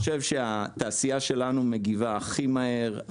אני חושב שהתעשייה שלנו מגיבה הכי מהר,